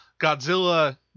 Godzilla